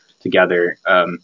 together